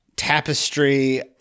Tapestry